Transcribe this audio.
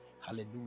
Hallelujah